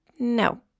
No